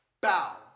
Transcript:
Bow